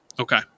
Okay